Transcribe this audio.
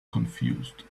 confused